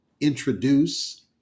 introduce